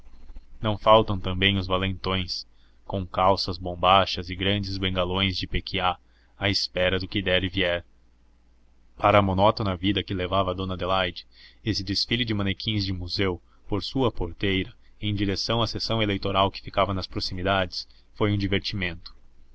não faltam também os valentões com calças bombachas e grandes bengalões de pequiá à espera do que der e vier para a monótona vida que levava dona adelaide esse desfile de manequins de museu por sua porteira em direção à seção eleitoral que lhe ficava nas proximidades foi um divertimento